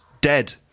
dead